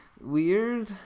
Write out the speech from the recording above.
weird